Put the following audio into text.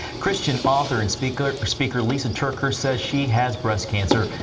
christian author and speaker speaker lisa turkquette says she has breast cancer,